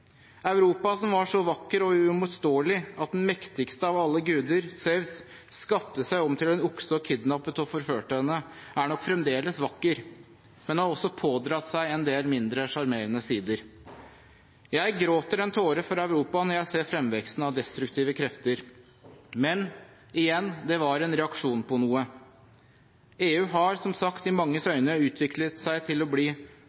Europa – som var så vakker og uimotståelig at den mektigste av alle guder, Zevs, skapte seg om til en okse og kidnappet og forførte henne – er nok fremdeles vakker, men har også pådratt seg en del mindre sjarmerende sider. Jeg gråter en tåre for Europa når jeg ser fremveksten av destruktive krefter. Men – igjen – det var en reaksjon på noe. EU har, som sagt, i manges øyne utviklet seg til å bli